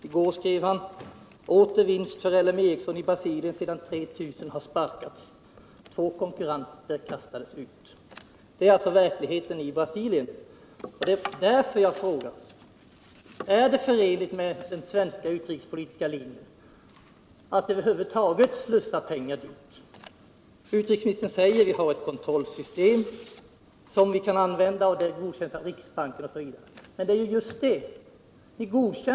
I går skrev han: ”Åter vinst för LM i Detta är alltså verkligheten i Brasilien. Det är därför jag frågar: Är det förenligt med den svenska utrikespolitiska linjen att över huvud taget slussa pengar dit? Utrikesministern säger att vi har ett kontrollsystem som vi kan använda. Ansökningarna skall godkännas av riksbanken osv. Men det är just det jag menar.